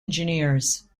engineers